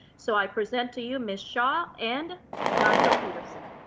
so i present to you ms. shaw and dr. peterson.